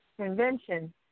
Convention